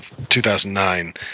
2009